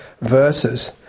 verses